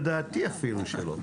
בבקשה.